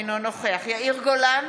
אינו נוכח יאיר גולן,